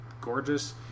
gorgeous